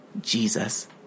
Jesus